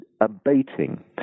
abating